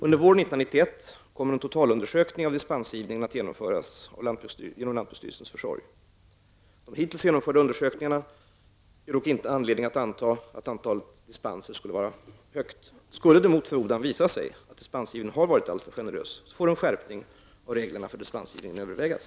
Under våren 1991 kommer en totalundersökning av dispensgivningen att genomföras genom lantbruksstyrelsens försorg. De hittills genomförda undersökningarna ger dock inte anledning att anta att antalet dispenser skulle vara högt. Skulle det mot förmodan visa sig att dispensgivningen har varit alltför generös får en skärpning av reglerna för dispensgivning övervägas.